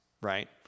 right